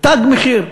"תג מחיר".